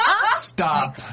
Stop